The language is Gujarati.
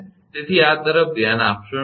તેથી આ તરફ ધ્યાન આપશો નહીં